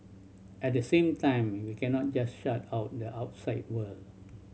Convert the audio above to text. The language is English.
at the same time we cannot just shut out the outside world